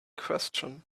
question